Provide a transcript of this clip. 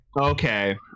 Okay